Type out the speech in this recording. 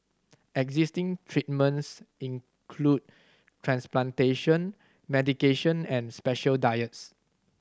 existing treatments include transplantation medication and special diets